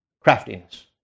craftiness